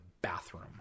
bathroom